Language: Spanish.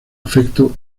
afecto